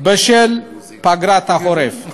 בשל פגרת החורף.